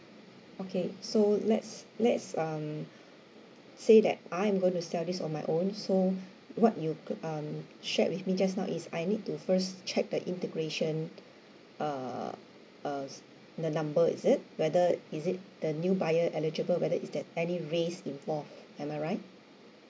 okay so let's let's um say that I'm going to sell this on my own so what you could um share with me just now is I need to first check the integration err uh s~ the number is it whether is it the new buyer eligible whether is there any race involve am I right